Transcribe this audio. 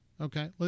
okay